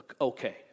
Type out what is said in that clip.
okay